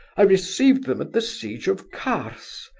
i received them at the siege of kars,